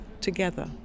together